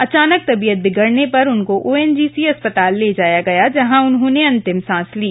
अचानक तबियत बिगडने पर उनको ओएनजीसी अस्पताल ले जाया गया जहाँ उन्होंने अंतिम साँस ली